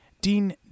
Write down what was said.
Dean